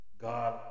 God